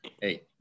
hey